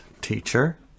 teacher